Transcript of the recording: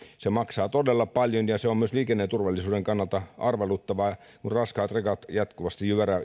maksaa todella paljon se on myös liikenneturvallisuuden kannalta arveluttavaa kun raskaat rekat jatkuvasti